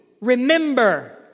remember